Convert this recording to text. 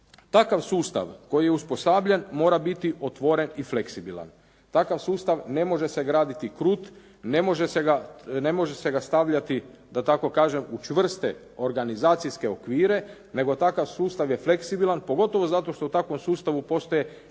takav sustav koji je uspostavljen mora biti otvoren i fleksibilan. Takav sustav ne može se graditi krut, ne može se ga stavljati da tako kažem u čvrste organizacijske okvire, nego takav sustav je fleksibilan, pogotovo zato što u takvom sustavu postoje